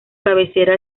cabecera